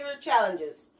challenges